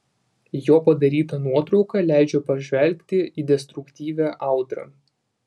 jo padaryta nuotrauka leidžia pažvelgti į destruktyvią audrą